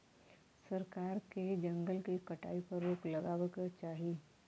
सरकार के जंगल के कटाई पर रोक लगावे क चाही